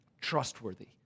trustworthy